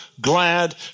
glad